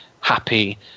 happy